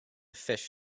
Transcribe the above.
fish